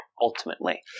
ultimately